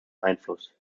einfluss